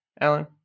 alan